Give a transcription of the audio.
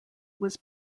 was